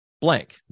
blank